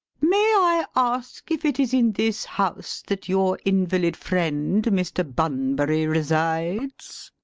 may i ask if it is in this house that your invalid friend mr. bunbury resides?